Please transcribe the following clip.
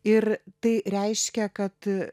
ir tai reiškia kad